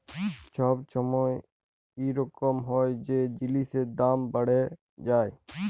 ছব ছময় ইরকম হ্যয় যে জিলিসের দাম বাড়্হে যায়